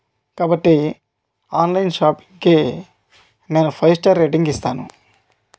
కాబట్టి ఆన్లైన్ షాపింగ్కి నేను ఫైవ్ స్టార్ రేటింగ్ ఇస్తాను